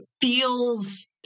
feels